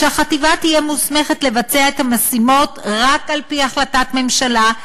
שהחטיבה תהיה מוסמכת לבצע את המשימות רק על-פי החלטת ממשלה,